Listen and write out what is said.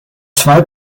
zwei